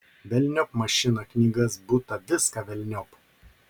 velniop mašiną knygas butą viską velniop